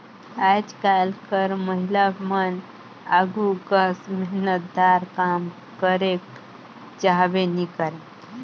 आएज काएल कर महिलामन आघु कस मेहनतदार काम करेक चाहबे नी करे